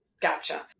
Gotcha